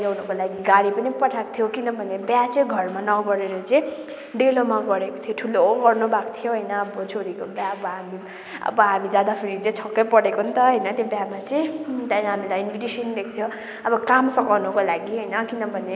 ल्याउनुको लागि गाडी पनि पठाएको थियो किनभने बिहा चाहिँ घरमा नगरेर चाहिँ डेलोमा गरेको थियो ठुलो गर्नुभएको थियो होइन अब छोरीको बिहा अब हामी अब हामी जाँदाखेरि चाहिँ छक्कै परेको पनि त होइन त्यो बिहेमा चाहिँ त्यहाँदेखि हामीलाई त्यहाँदेखि इन्भिटेसन दिएको थियो अब काम सघाउनुको लागि होइन किनभने